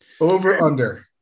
Over-under